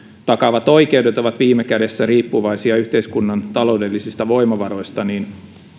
takaavat oikeudet ovat viime kädessä riippuvaisia yhteiskunnan taloudellisista voimavaroista niin